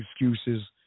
excuses